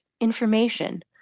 information